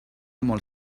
molt